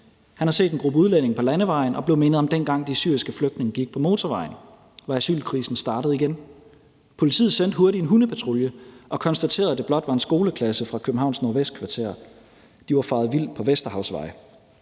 Han havde set en gruppe udlændinge på landevejen og blev mindet om, dengang de syriske flygtninge gik på motorvejen. Var asylkrisen startet igen? Politiet sendte hurtigt en hundepatrulje og konstaterede, at det blot var en skoleklasse fra Københavns Nordvestkvarter; de var faret vild på Vesterhavsvej.